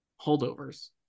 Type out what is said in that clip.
Holdovers